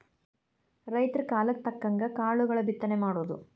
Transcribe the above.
ರೈತರ ಕಾಲಕ್ಕ ತಕ್ಕಂಗ ಕಾಳುಗಳ ಬಿತ್ತನೆ ಮಾಡುದು